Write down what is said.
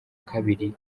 kabiri